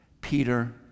Peter